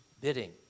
bidding